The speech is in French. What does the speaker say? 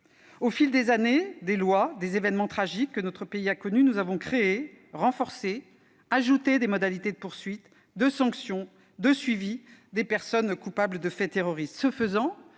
Au fil des années, des lois, des événements tragiques que notre pays a connus, nous avons créé, renforcé, ajouté des modalités de poursuite, de sanctions, de suivi des personnes coupables de faits terroristes.